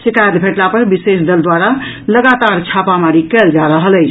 शिकायत भेटला पर विशेष दल द्वारा लगातार छापामारी कयल जा रहल अछि